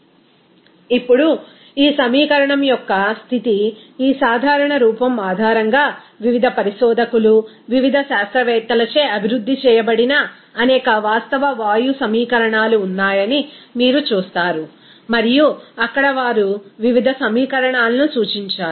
refer slide time ఇప్పుడు ఈ సమీకరణం యొక్క స్థితి ఈ సాధారణ రూపం ఆధారంగా వివిధ పరిశోధకులు వివిధ శాస్త్రవేత్తలచే అభివృద్ధి చేయబడిన అనేక వాస్తవ వాయువు సమీకరణాలు ఉన్నాయని మీరు చూస్తారు మరియు అక్కడ వారు వివిధ సమీకరణాలను సూచించారు